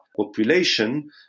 population